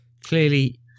Clearly